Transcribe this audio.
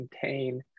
contain